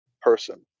person